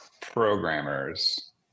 programmers